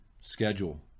schedule